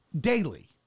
daily